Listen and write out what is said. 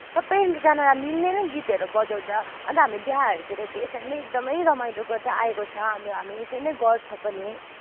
सबैजनालाई मिल्ने नै गीतहरू बजाउँछ अन्त हामी बिहाहरूतिर चाहिँ यसरी नै एकदमै रमाइलो गर्दै आएको छ अन्त हामी यसरी नै गर्छ पनि